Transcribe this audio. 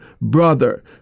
brother